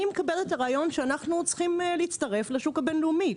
אני מקבלת את הרעיון שאנחנו צריכים להצטרף לשוק הבין-לאומי,